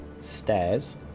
Stairs